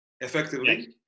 effectively